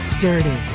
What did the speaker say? dirty